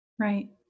Right